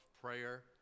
prayer